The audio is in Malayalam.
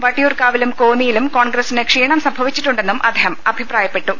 വട്ടിയൂർക്കാവിലും കോന്നി യിലും കോൺഗ്രസിന് ക്ഷീണം സംഭവിച്ചിട്ടുണ്ടെന്നും അദ്ദേഹം അഭിപ്രായപ്പെട്ടു